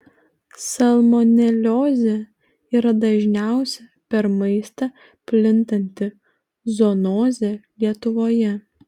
salmoneliozė yra dažniausia per maistą plintanti zoonozė lietuvoje